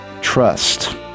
trust